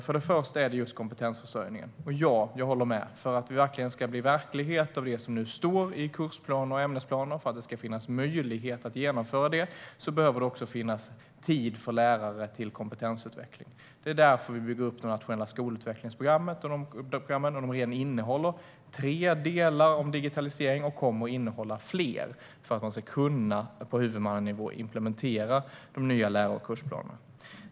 Först och främst har vi kompetensförsörjningen, och ja, jag håller med - för att det verkligen ska bli verklighet av det som nu står i kursplaner och ämnesplaner och för att det ska finnas möjlighet att genomföra det behöver det också finnas tid till kompetensutveckling för lärare. Det är därför vi bygger upp de nationella skolutvecklingsprogrammen. De innehåller redan tre delar om digitalisering och kommer att innehålla fler, för att man på huvudmannanivå ska kunna implementera de nya läro och kursplanerna.